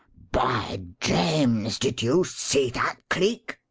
by james! did you see that, cleek?